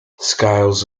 scales